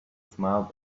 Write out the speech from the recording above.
smiled